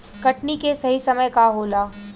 कटनी के सही समय का होला?